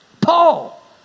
Paul